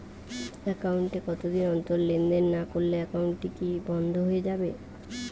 Account এ কতদিন অন্তর লেনদেন না করলে একাউন্টটি কি বন্ধ হয়ে যাবে?